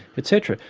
etc,